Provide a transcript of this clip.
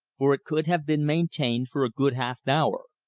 for it could have been maintained for a good half hour.